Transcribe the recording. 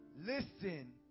Listen